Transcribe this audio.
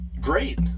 great